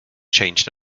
changed